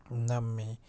ꯅꯝꯃꯤ